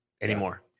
anymore